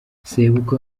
sebukwe